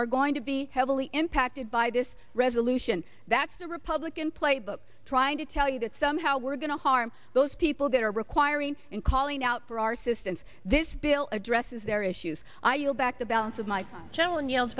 are going to be heavily impacted by this resolution that's the republican playbook trying to tell you that somehow we're going to harm those people that are requiring and calling out for our systems this bill addresses their issue i yield back the balance of my gentleman yells